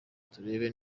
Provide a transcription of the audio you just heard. turebe